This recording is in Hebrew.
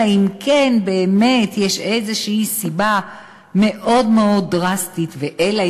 אלא אם כן באמת יש איזושהי סיבה מאוד מאוד דרסטית ואלא